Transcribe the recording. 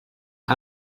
que